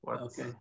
Okay